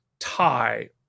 Tie